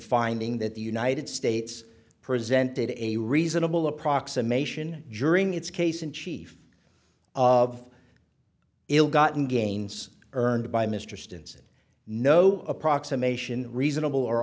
finding that the united states presented a reasonable approximation its case in chief of ill gotten gains earned by mr stints no approximation reasonable or